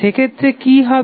সেক্ষেত্রে কি হবে